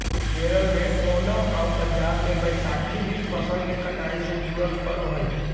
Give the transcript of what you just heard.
केरल में ओनम आउ पंजाब में बैसाखी भी फसल के कटाई से जुड़ल पर्व हइ